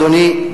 אדוני,